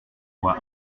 voix